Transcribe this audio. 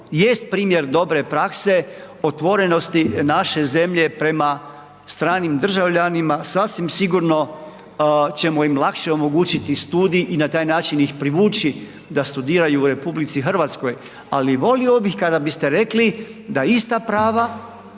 primjer dobre prakse, otvorenosti naše zemlje prema stranim državljanima sasvim sigurno ćemo im lakše omogućiti studij i na taj način ih privući da studiraju u RH, ali volio bih kada biste rekli da ista prava